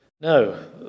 No